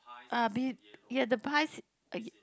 uh be the bicy~